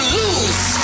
lose